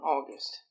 August